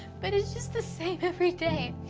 but it's just the same every day.